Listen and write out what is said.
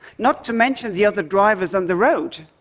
not to mention the other drivers on the road,